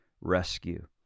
rescue